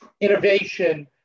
innovation